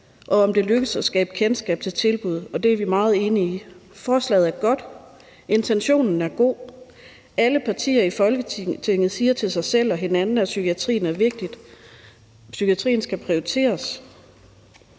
og om det lykkes at skabe kendskab til tilbuddet, og det er vi meget enige i. Forslaget er godt, intentionen er god, og alle partier i Folketinget siger til sig selv og hinanden, at psykiatrien er vigtig, og at psykiatrien skal prioriteres.